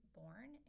born